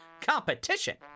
Competition